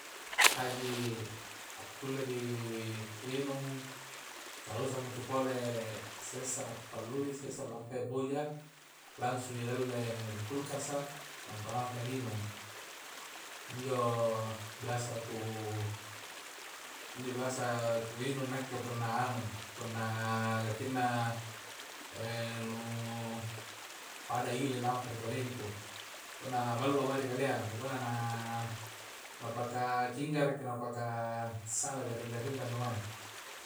Haji a kulle di nginung tausah maki pole sessa na pallui' sessa lampae boja langsung ji ningalle ri kulkasa nampa lampa di nginung injo biasa ku injo biasa ku nginung nakke punna nganu punna kenna nu pada ile lampa ri kalengku punna ballo mae ri kalea pokokna na napaka cinggaraki napaka sallai garing-garing ta intu mae